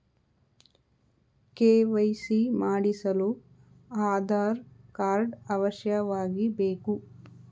KYC ಮಾಡಿಸಲು Aadhaar card ಅವಶ್ಯವಾಗಿ ಬೇಕು